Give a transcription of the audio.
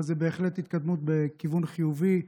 אבל זאת בהחלט התקדמות בכיוון חיובי.